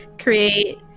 create